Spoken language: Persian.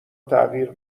تغییر